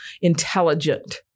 intelligent